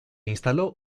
instaló